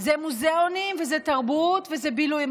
זה מוזיאונים וזה תרבות וזה בילוי.